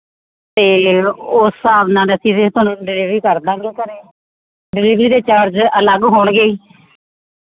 ਅਤੇ ਉਸ ਹਿਸਾਬ ਨਾਲ ਅਸੀਂ ਫਿਰ ਤੁਹਾਨੂੰ ਡਿਲੀਵਰੀ ਕਰ ਦਾਂਗੇ ਘਰ ਡਿਲੀਵਰੀ ਦੇ ਚਾਰਜ ਅਲੱਗ ਹੋਣਗੇ